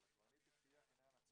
אבל הקברניט הבטיח: הינה,